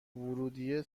ورودیه